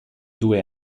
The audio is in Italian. due